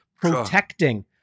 protecting